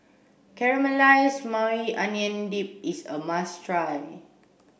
Caramelized Maui Onion Dip is a must try